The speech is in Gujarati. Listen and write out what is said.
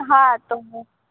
હા તો